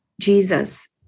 Jesus